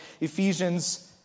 Ephesians